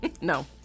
no